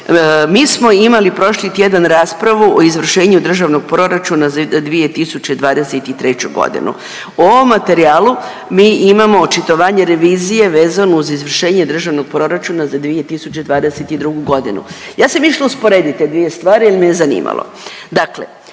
Mi smo imali prošli tjedan raspravu o izvršenju Državnog proračuna za 2023.g.. U ovom materijalu mi imamo očitovanje revizije vezano uz izvršenje Državnog proračuna za 2022.g.. Ja sam išla usporediti te dvije stvari jel me je zanimalo.